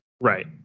Right